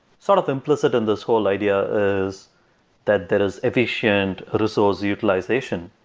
sort of the implicit in this whole idea is that that is efficient resource utilization,